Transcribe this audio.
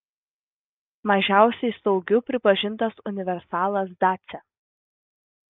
mažiausiai saugiu pripažintas universalas dacia